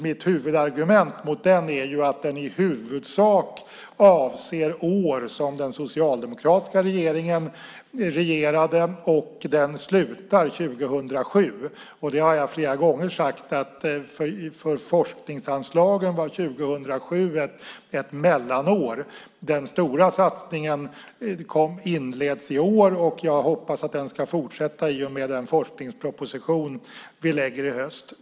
Mitt huvudargument mot rapporten är att den i huvudsak avser år som den socialdemokratiska regeringen regerade. Den slutar 2007, och jag har flera gånger sagt att för forskningsanslagen var 2007 ett mellanår. Den stora satsningen inleds i år, och jag hoppas att den ska fortsätta i och med den forskningsproposition vi lägger fram i höst.